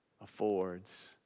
affords